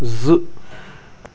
زٕ